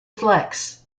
flex